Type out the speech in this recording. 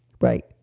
Right